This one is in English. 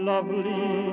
Lovely